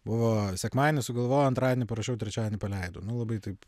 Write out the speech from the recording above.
buvo sekmadienis sugalvojau antradienį parašiau trečiadienį paleidau nu labai taip